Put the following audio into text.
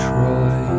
Troy